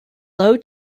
low